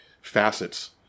facets